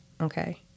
Okay